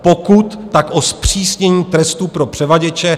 Pokud, tak o zpřísnění trestů pro převaděče.